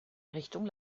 richtung